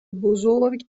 بزرگ